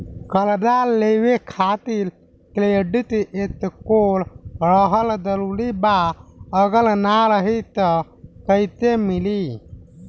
कर्जा लेवे खातिर क्रेडिट स्कोर रहल जरूरी बा अगर ना रही त कैसे मिली?